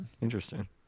Interesting